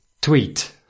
Tweet